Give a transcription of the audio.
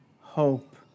hope